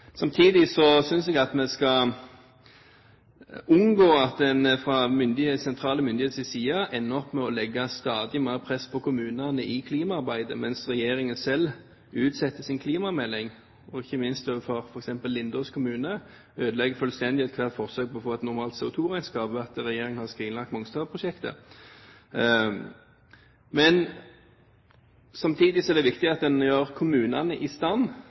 Samtidig synes jeg at vi skal unngå at en fra sentrale myndigheters side ender opp med å legge stadig mer press på kommunene i klimaarbeidet, mens regjeringen selv utsetter sin klimamelding og ikke minst overfor f.eks. Lindås kommune ødelegger fullstendig ethvert forsøk på å få et normalt CO2-regnskap etter at regjeringen har skrinlagt Mongstad-prosjektet. Samtidig er det viktig at en gjør kommunene i stand